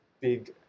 big